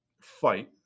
fight